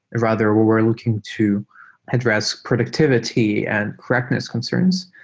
rather we're we're looking to address productivity and correctness concerns.